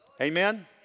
Amen